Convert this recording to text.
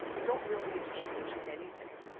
you don't really need to change anything.